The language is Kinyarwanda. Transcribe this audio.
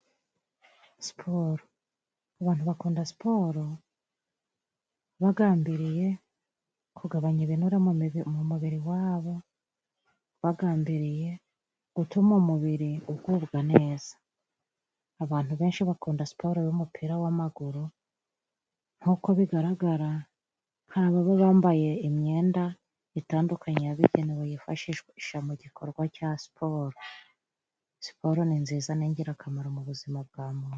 Siporo, abantu bakunda siporo bagambiriye kugabanya ibinure mu mubiri wabo, bagambiriye gutuma umubiri ugubwa neza, abantu benshi bakunda siporo y'umupira w'amaguru, nkuko bigaragara, hari ababa bambaye imyenda itandukanye yabugenewe, yifashishwa mu gikorwa cya siporo. Siporo ni nziza, ni ingirakamaro mu buzima bwa muntu.